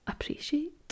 appreciate